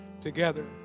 together